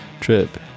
trip